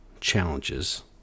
challenges